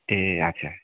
ए अच्छा